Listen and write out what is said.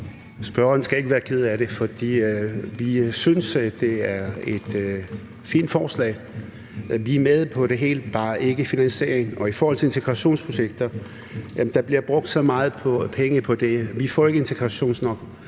Spørgeren skal ikke være ked af det, for vi synes, at det er et fint forslag. Vi er med på det hele, bare ikke finansieringen. Og i forhold til integrationsprojekter vil jeg sige, at der bliver brugt så mange penge på dem. Vi får ikke integration nok